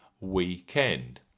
weekend